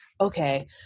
okay